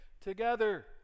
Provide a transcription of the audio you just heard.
together